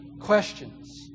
Questions